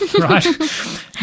right